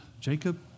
Jacob